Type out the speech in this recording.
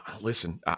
listen